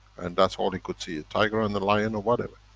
and that's all he could see. ah tiger and the lion, whatever.